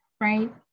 Right